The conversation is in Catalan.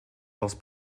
dels